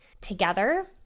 together